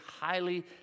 highly